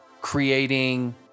creating